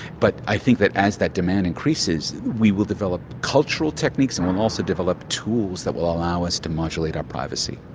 but i think that as that demand increases we will develop cultural techniques and we will also develop tools that will allow us to modulate our privacy.